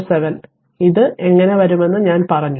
007 ഞാൻ അത് എങ്ങനെ വരുമെന്ന് പറഞ്ഞു